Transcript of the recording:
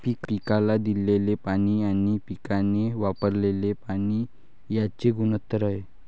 पिकाला दिलेले पाणी आणि पिकाने वापरलेले पाणी यांचे गुणोत्तर आहे